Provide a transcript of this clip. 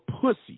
pussy